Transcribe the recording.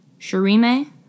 Shirime